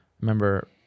remember